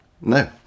No